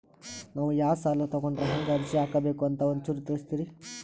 ನಾವು ಯಾ ಸಾಲ ತೊಗೊಂಡ್ರ ಹೆಂಗ ಅರ್ಜಿ ಹಾಕಬೇಕು ಅಂತ ಒಂಚೂರು ತಿಳಿಸ್ತೀರಿ?